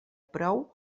prou